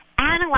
analyze